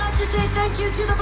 to say thank you to